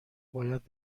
باید